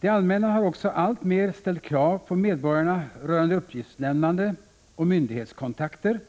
Det allmänna har också alltmer ställt krav på medborgarna rörande uppgiftslämnande och myndighetskontakter.